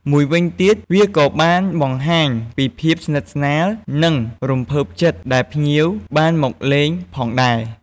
មួយវិញទៀត វាក៏បានបង្ហាញពីភាពស្និទ្ធស្នាល និងរំភើបចិត្តដែលភ្ញៀវបានមកលេងផងដែរ។